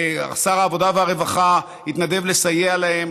שר העבודה והרווחה התנדב לסייע להם,